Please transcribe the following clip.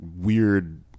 weird